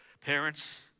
parents